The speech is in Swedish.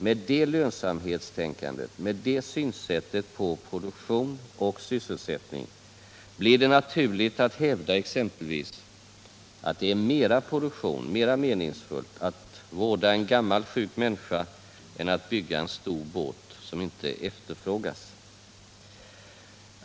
Med det lönsamhetstänkandet, med det synsättet på produktion och sysselsättning blir det naturligt att hävda exempelvis att det är mera produktivt, mera meningsfullt, att vårda en gammal, sjuk människa än att bygga en stor båt som inte efterfrågas.